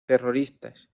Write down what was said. terroristas